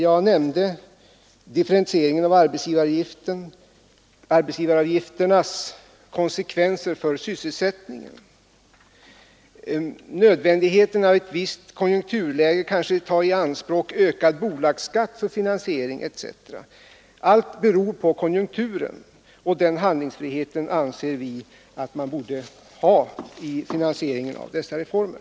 Jag nämnde differentieringen av arbetsgivaravgiften, dess konsekvenser för sysselsättningen, nödvändigheten av att i ett visst konjunkturläge ta i anspråk ökad bolagsskatt för finansieringen, etc. Allt beror på konjunkturen, och den handlingsfriheten anser vi att man bör ha vid finansieringen av dessa reformer.